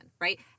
right